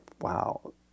wow